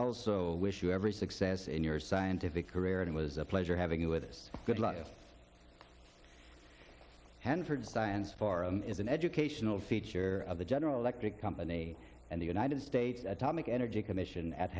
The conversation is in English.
also wish you every success in your scientific career and it was a pleasure having you with us good luck at hanford science forum is an educational feature of the general electric company and the united states atomic energy commission at